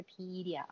Wikipedia